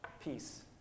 peace